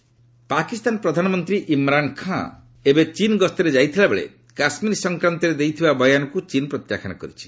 China Kashmir Pakistan ପ୍ରଧାନମନ୍ତ୍ରୀ ଇମ୍ରାନ୍ ଖାଁ ଏବେ ଚୀନ୍ ଗସ୍ତରେ ଯାଇଥିବାବେଳେ କାଶ୍ମୀର ସଂକ୍ରାନ୍ତରେ ଦେଇଥିବା ବୟାନକୁ ଚୀନ୍ ପ୍ରତ୍ୟାଖ୍ୟାନ କରିଛି